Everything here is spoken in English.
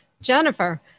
Jennifer